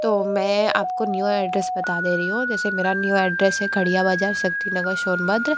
तो मैं आप को न्यू एड्रेस बता दे रही हूँ जैसे मेरा न्यू एड्रेस है खड़िया बाज़ार शक्ति नगर सोनभद्र